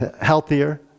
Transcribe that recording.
healthier